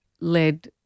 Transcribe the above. led